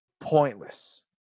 pointless